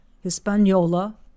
Hispaniola